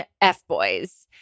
F-boys